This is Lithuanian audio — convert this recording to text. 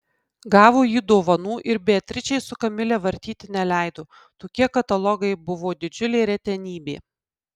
gavo jį dovanų ir beatričei su kamile vartyti neleido tokie katalogai buvo didžiulė retenybė